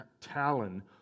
Talon